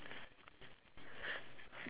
ya me too